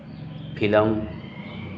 film